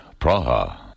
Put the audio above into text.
Praha